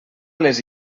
les